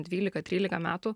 dvylika trylika metų